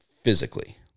physically